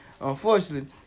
Unfortunately